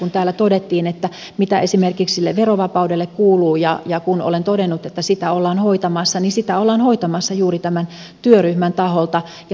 kun täällä todettiin mitä esimerkiksi sille verovapaudelle kuuluu ja kun olen todennut että sitä ollaan hoitamassa niin sitä ollaan hoitamassa juuri tämän työryhmän taholta